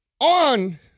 on